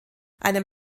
einem